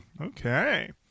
Okay